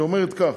היא אומרת כך: